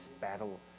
battle